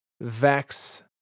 Vex